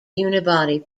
unibody